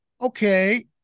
okay